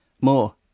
more